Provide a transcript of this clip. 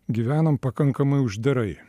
gyvenom pakankamai uždarai